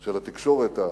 של התקשורת,